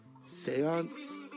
Seance